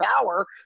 power